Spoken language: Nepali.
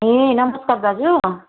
ए नमस्कार दाजु